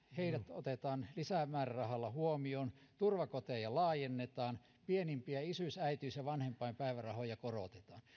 otetaan lisämäärärahalla huomioon turvakoteja laajennetaan pienimpiä isyys äitiys ja vanhempainpäivärahoja korotetaan